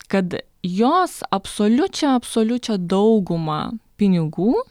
kad jos absoliučią absoliučią daugumą pinigų